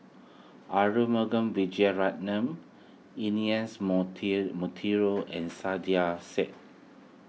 Arumugam Vijiaratnam Ernest Monteiro and Saiedah Said